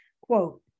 Quote